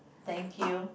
thank you